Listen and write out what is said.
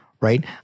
right